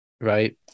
right